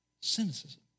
Cynicism